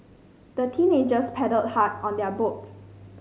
the teenagers paddled hard on their boat